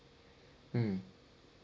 mm